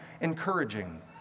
encouraging